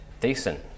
decent